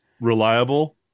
Reliable